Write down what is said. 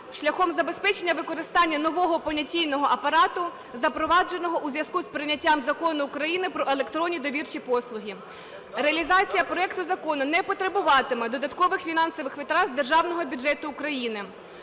шляхом забезпечення використання нового понятійного апарату, запровадженого у зв'язку з прийняття Закону України "Про електронні довірчі послуги". Реалізація проекту закону не потребуватиме додаткових фінансових витрат з Державного бюджету України.